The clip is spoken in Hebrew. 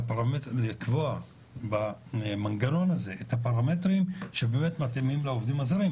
ולקבוע במנגנון הזה את הפרמטרי שבאמת מתאימים לעובדים הזרים.